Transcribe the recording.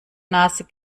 nase